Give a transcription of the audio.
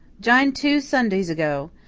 jined two sundays ago.